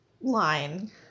line